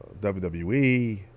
WWE